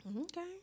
Okay